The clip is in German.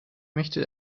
möchte